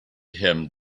him